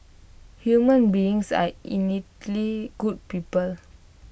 human beings are innately good people